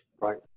Right